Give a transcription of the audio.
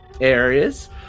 areas